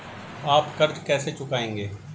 आप कर्ज कैसे चुकाएंगे?